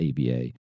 ABA